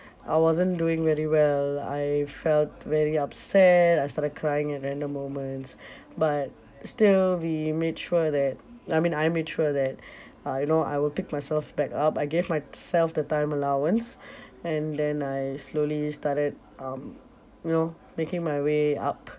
I wasn't doing very well I felt very upset I started crying at random moments but still we made sure that I mean I made sure that uh you know I will pick myself back up I gave myself the time allowance and then I slowly started um you know making my way up